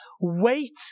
wait